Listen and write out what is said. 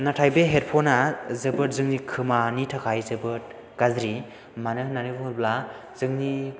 नाथाय बे हेडफ'न आ जोबोद जोंनि खोमानि थाखाय जोबोद गाज्रि मानो होननानै बुङोब्ला जोंनि